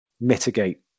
mitigate